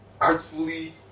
artfully